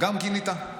גם גינית?